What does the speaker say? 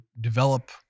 develop—